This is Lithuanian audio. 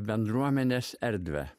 bendruomenės erdvę